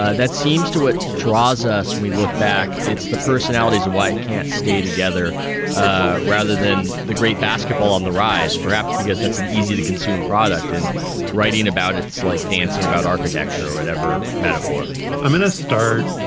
ah that seems to it draws us when we look back. it's the personalities. and why can't stay together ah rather than the great basketball on the rise? perhaps because that's an easy to consume product and writing about. it's like dancing about architecture or whatever metaphor i'm in a start,